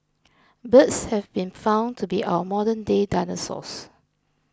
birds have been found to be our modernday dinosaurs